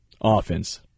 Offense